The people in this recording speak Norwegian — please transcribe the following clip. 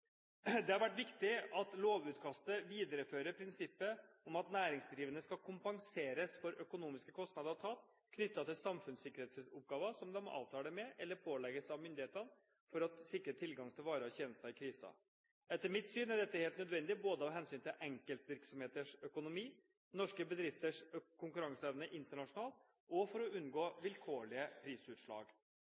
Det har vært viktig at lovutkastet viderefører prinsippet om at næringsdrivende skal kompenseres for økonomiske kostnader og tap knyttet til samfunnssikkerhetsoppgaver som de avtaler med eller pålegges av myndighetene for å sikre tilgang til varer og tjenester i kriser. Etter mitt syn er dette helt nødvendig, både av hensyn til enkeltvirksomheters økonomi og norske bedrifters konkurranseevne internasjonalt og for å unngå vilkårlige prisutslag.